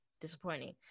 disappointing